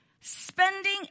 spending